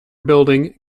building